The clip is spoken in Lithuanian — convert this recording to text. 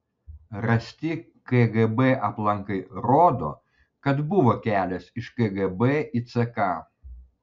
rasti kgb aplankai rodo kad buvo kelias iš kgb į ck